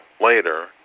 later